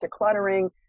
decluttering